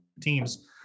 teams